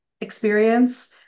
experience